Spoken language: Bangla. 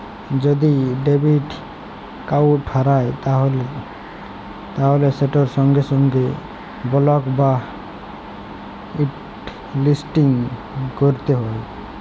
যদি ডেবিট কাড়ট হারাঁয় যায় তাইলে সেটকে সঙ্গে সঙ্গে বলক বা হটলিসটিং ক্যইরতে হ্যয়